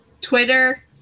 Twitter